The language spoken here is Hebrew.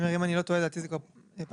אם אני לא טועה כבר החזרנו.